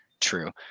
True